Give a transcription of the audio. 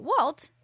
Walt